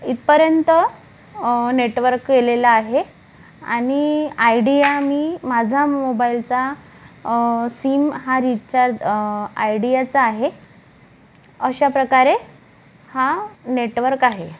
इथपर्यंत नेटवर्क केलेलं आहे आणि आयडिया मी माझा मोबाईलचा सिम हा रिचार्ज आयडियाचा आहे अशा प्रकारे हा नेटवर्क आहे